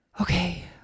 okay